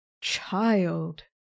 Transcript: child